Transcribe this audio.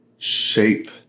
Shape